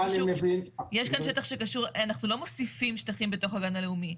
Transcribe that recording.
אנחנו לא מוסיפים שטחים בתוך הגן הלאומי.